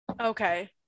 Okay